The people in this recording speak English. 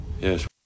yes